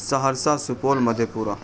Saharsa Supaul Madhya Pura